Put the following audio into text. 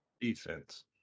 Defense